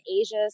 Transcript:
Asia